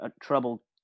trouble